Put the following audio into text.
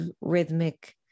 rhythmic